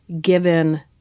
given